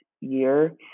year